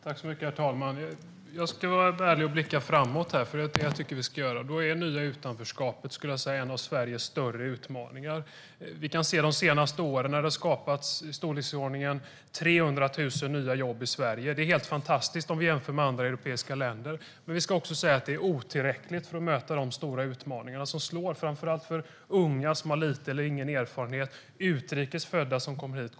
Herr talman! Jag ska vara ärlig och blicka framåt, för det tycker jag att vi ska göra. Då är det nya utanförskapet en av Sveriges större utmaningar. De senaste åren har det skapats i storleksordningen 300 000 nya jobb i Sverige. Det är helt fantastiskt jämfört med andra europeiska länder. Men det ska också sägas att det är otillräckligt för att möta de stora utmaningar som slår mot framför allt unga som har liten eller ingen erfarenhet och utrikes födda som kommer hit.